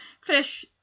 fish